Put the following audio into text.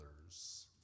others